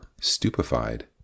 stupefied